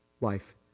life